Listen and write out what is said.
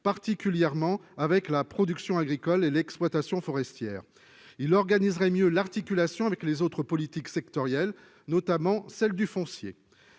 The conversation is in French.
particulièrement avec la production agricole et l'exploitation forestière. Il organiserait mieux l'articulation avec les autres politiques sectorielles, notamment celle du foncier.